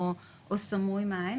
או סמוי מהעין.